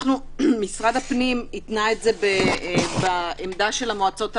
משרד הפנים התנה את זה בעמדה של המועצות האזוריות.